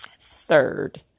third